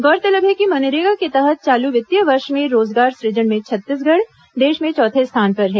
गौरतलब है कि मनरेगा के तहत चालू वित्तीय वर्ष में रोजगार सुजन में छत्तीसगढ़ देश में चौथे स्थान पर है